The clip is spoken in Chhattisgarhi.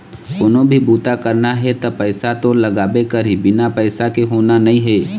कोनो भी बूता करना हे त पइसा तो लागबे करही, बिना पइसा के होना नइ हे